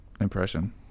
impression